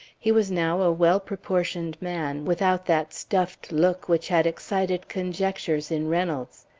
he was now a well-proportioned man, without that stuffed look which had excited conjectures in reynolds.